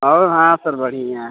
और हाँ सर बढ़िया है